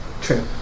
True